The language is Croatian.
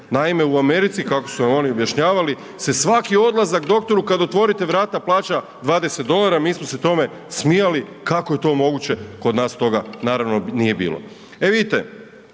Naime, u Americi kako su nam oni objašnjavali se svaki odlazak doktoru kad otvorite vrata plaća 20 dolara, mi smo se tome smijali kako je to moguće kod nas toga naravno nije bilo. E, vidite